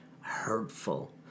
hurtful